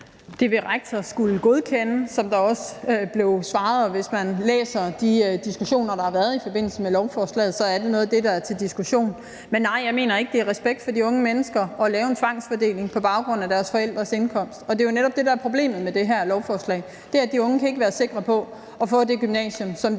Det vil rektor skulle godkende, som der også blev svaret, og hvis man læser de diskussioner, der har været i forbindelse med lovforslaget, så er det noget af det, der er til diskussion. Men nej, jeg mener ikke, det er respekt for de unge mennesker at lave en tvangsfordeling på baggrund af deres forældres indkomst, og det er jo netop det, der er problemet med det her lovforslag, altså at de unge ikke kan være sikre på at komme på det gymnasium, som de